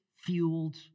fueled